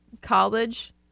college